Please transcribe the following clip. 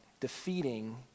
Defeating